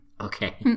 Okay